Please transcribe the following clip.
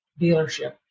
dealership